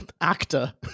Actor